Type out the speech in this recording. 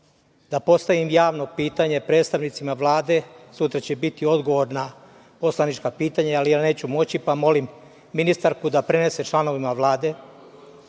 da postavim javno pitanje predstavnicima Vlade, sutra će biti odgovori na poslanička pitanja, ali ja neću moći, pa molim ministarku da prenese članovima Vlade. Ja